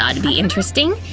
to be interesting.